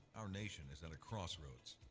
our nation is at a crossroads.